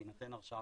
בהינתן ההרשאה